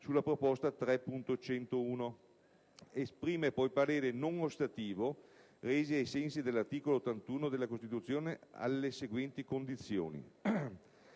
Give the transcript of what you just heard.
sulla proposta 3.101. Esprime poi parere non ostativo reso, ai sensi dell'articolo 81 della Costituzione, alle seguenti condizioni: